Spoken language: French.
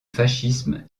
fascisme